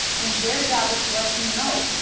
and their job is to let you know,